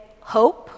hope